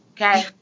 Okay